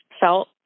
felt